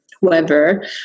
whoever